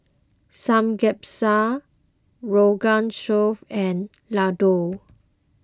Samgyeopsal Rogan Josh and Ladoo